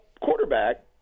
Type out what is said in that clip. quarterback